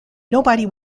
nobody